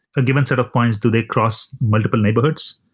a given set of points, do they cross multiple neighborhoods?